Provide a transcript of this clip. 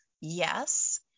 yes